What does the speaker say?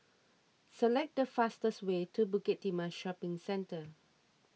select the fastest way to Bukit Timah Shopping Centre